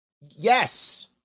Yes